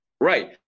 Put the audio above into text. Right